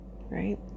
Right